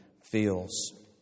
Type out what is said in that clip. feels